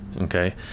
okay